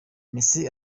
messi